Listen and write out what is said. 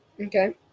Okay